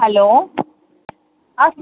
hello ஆ